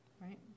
Right